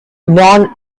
known